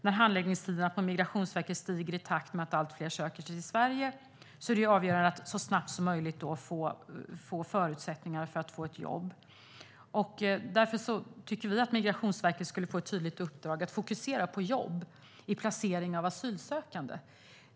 När handläggningstiderna på Migrationsverket stiger i takt med att allt fler söker sig till Sverige gäller det att så snabbt som möjligt erbjuda förutsättningar för att få ett jobb. Därför tycker vi att Migrationsverket borde få ett tydligt uppdrag att fokusera på jobb vid placering av asylsökande.